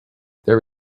there